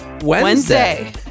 Wednesday